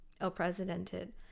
unprecedented